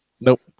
Nope